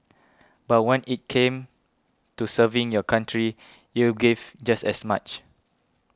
but when it came to serving your country you're gave just as much